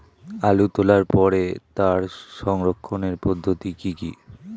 আলু তোলার পরে তার সংরক্ষণের পদ্ধতি কি কি?